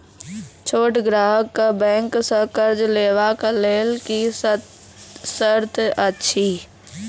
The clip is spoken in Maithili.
छोट ग्राहक कअ बैंक सऽ कर्ज लेवाक लेल की सर्त अछि?